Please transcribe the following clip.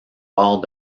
bord